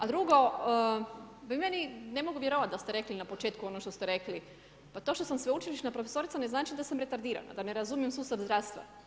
A drugo, a drugo, vi meni, ne mogu vjerovati da ste rekli na početku ono što ste rekli, pa to što sam sveučilišna profesorica ne znači da sam retardirana, da ne razumijem sustav zdravstva.